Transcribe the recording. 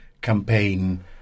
campaign